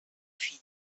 filla